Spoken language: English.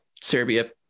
Serbia